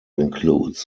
includes